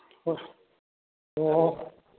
ꯍꯣꯏ ꯑꯣ ꯑꯣ